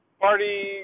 party